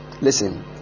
Listen